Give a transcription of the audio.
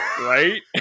Right